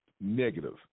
negative